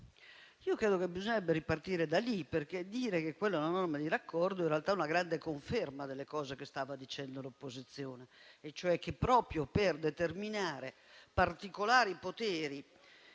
Credo che bisognerebbe ripartire da lì. Dire che quella è una norma di raccordo, in realtà, è una grande conferma delle cose che stava dicendo l'opposizione, e cioè che proprio per determinare particolari poteri